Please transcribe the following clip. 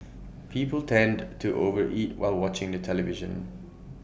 people tend to over eat while watching the television